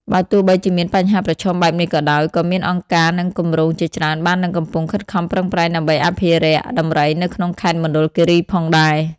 បើទោះបីជាមានបញ្ហាប្រឈមបែបនេះក៏ដោយ ក៏មានអង្គការ និងគម្រោងជាច្រើនបាននិងកំពុងខិតខំប្រឹងប្រែងដើម្បីអភិរក្សដំរីនៅក្នុងខេត្តមណ្ឌលគិរីផងដែរ។